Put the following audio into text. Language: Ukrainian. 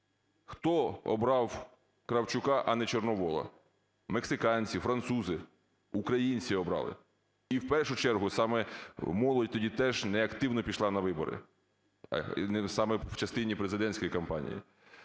Хто обрав Кравчука, а не Чорновола? Мексиканці, французи? Українці обрали, і в першу чергу саме молодь тоді теж неактивно пішла на вибори, і саме в частині президентської кампанії.